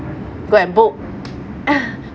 go and book